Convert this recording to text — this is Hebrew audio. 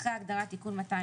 אחרי ההגדרה "תיקון מס' 200"